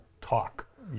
talk